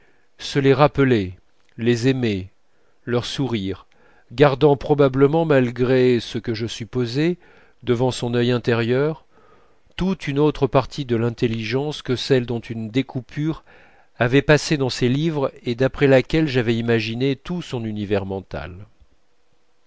se les rappeler les aimer leur sourire gardant probablement malgré ce que je supposais devant son œil intérieur tout une autre partie de l'intelligence que celle dont une découpure avait passé dans ses livres et d'après laquelle j'avais imaginé tout son univers mental